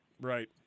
right